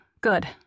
Good